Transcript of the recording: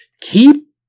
Keep